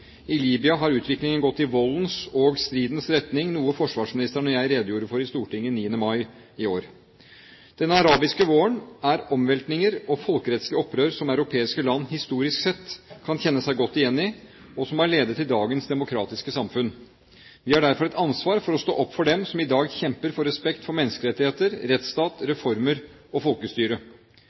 I Libya har utviklingen gått i voldens og stridens retning, noe forsvarsministeren og jeg redegjorde for i Stortinget 9. mai i år. Denne arabiske våren er omveltninger og folkelige opprør som europeiske land – historisk sett – kan kjenne seg godt igjen i, og som har ledet til dagens demokratiske samfunn. Vi har derfor et ansvar for å stå opp for dem som i dag kjemper for respekt for menneskerettigheter, rettsstat, reformer og folkestyre.